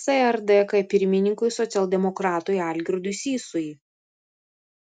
srdk pirmininkui socialdemokratui algirdui sysui